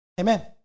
Amen